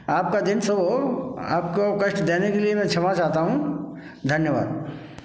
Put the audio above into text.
आप का दिन शुभ हो आपको कष्ट देने के लिए मैं क्षमा चाहता हूँ धन्यवाद